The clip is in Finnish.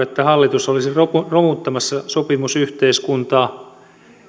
että hallitus olisi romuttamassa sopimusyhteiskuntaa